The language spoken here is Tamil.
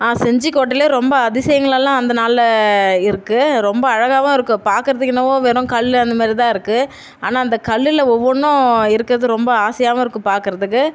செஞ்சிக்கோட்டையிலேயே ரொம்ப அதிசயங்கள் எல்லாம் அந்த நாளில் இருக்குது ரொம்ப அழகாகவும் இருக்குது பார்க்கறதுக்கு என்னவோ வெறும் கல் அந்த மாதிரி தான் இருக்குது ஆனால் அந்தக் கல்லில் ஒவ்வொன்றும் இருக்கிறது ரொம்ப ஆசையாகவும் இருக்குது பார்க்கறதுக்கு